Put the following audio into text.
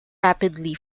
rapidly